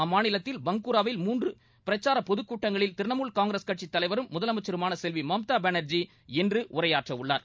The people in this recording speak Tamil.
அம்மாநிலத்தின் பங்குராவில் மூன்று பிரச்சார பொதுக் கூட்டங்களில் திரிணமூல் காங்கிரஸ் கட்சித்தலைவரும் முதலனமச்சருமான செல்வி மம்தா பானர்ஜி இன்று உரையாற்றவுள்ளார்